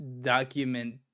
document